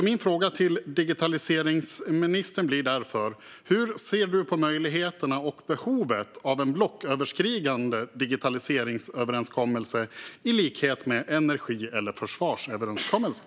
Min fråga till digitaliseringsministern blir därför: Hur ser du på möjligheterna för och behovet av en blocköverskridande digitaliseringsöverenskommelse, liknande energi och försvarsöverenskommelserna?